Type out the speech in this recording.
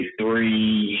three